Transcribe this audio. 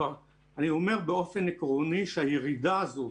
אני אומר באופן עקרוני שהירידה הזו,